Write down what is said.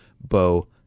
Bo